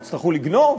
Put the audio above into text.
יצטרכו לגנוב?